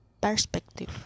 perspective